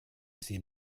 sie